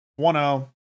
1-0